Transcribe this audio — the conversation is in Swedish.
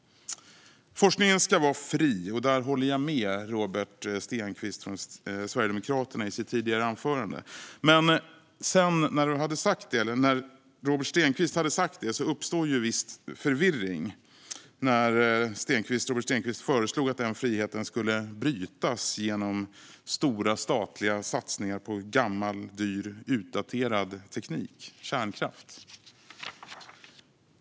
Forskningen ska vara fri; där håller jag med Robert Stenkvist från Sverigedemokraterna i hans tidigare anförande. Men när han hade sagt det uppstod viss förvirring när han föreslog att denna frihet skulle brytas genom stora statliga satsningar på gammal, dyr och utdaterad teknik - kärnkraft.